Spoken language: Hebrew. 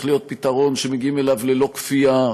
להיות פתרון שמגיעים אליו ללא כפייה,